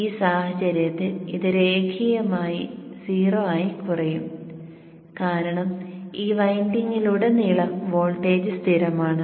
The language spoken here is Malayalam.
ഈ സാഹചര്യത്തിൽ ഇത് രേഖീയമായി 0 ആയി കുറയും കാരണം ഈ വൈൻഡിംഗിലുടനീളം വോൾട്ടേജ് സ്ഥിരമാണ്